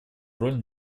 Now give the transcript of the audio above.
роль